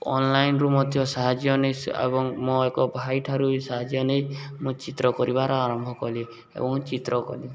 ଅନ୍ଲାଇନ୍ରୁ ମଧ୍ୟ ସାହାଯ୍ୟ ନେଇ ଏବଂ ମୋ ଏକ ଭାଇ ଠାରୁ ବି ସାହାଯ୍ୟ ନେଇ ମୁଁ ଚିତ୍ର କରିବାର ଆରମ୍ଭ କଲି ଏବଂ ଚିତ୍ର କଲି